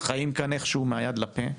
חיים כאן איכשהו מהיד לפה,